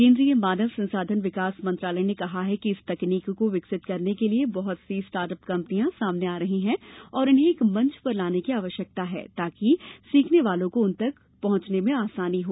केन्द्रीय मानव संसाधन विकास मंत्रालय ने कहा है कि इस तकनीक को विकसित करने के लिए बहुत सी स्टार्ट अप कंपनियां सामने आ रही हैं और इन्हें एक मंच पर लाने की आवश्यकता है ताकि सीखने वालों को उन तक पहुंचने में आसानी हो